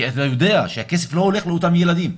כי אתה יודע שהכסף לא הולך לאותם ילדים,